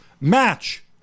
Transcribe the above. Match